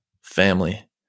family